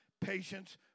patience